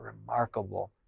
remarkable